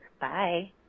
Bye